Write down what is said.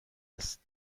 است